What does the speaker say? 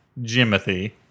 Jimothy